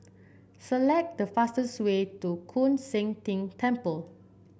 select the fastest way to Koon Seng Ting Temple